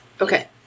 Okay